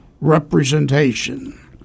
representation